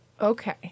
Okay